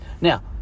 Now